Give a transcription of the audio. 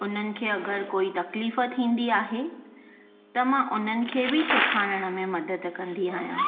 हुननि खे अगरि कोई तकलीफ़ थींदी आहे त मां हुननि खे बि सेखारण में मदद कंदी आहियां